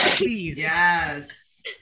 yes